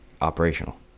operational